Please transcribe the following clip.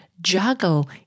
juggle